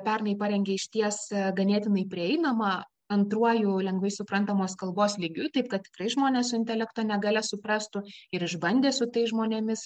pernai parengė išties ganėtinai prieinama antruoju lengvai suprantamos kalbos lygiu taip kad tikrai žmonės su intelekto negalia suprastų ir išbandė su tais žmonėmis